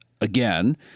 again